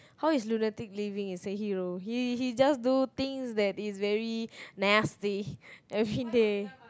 how is lunatic living as a hero he he just do things that is very nasty everyday